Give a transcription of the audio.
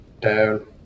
down